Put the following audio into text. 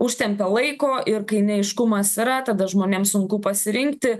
užtempė laiko ir kai neaiškumas yra tada žmonėms sunku pasirinkti